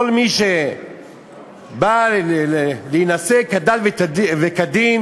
כל מי שבא להינשא כדת וכדין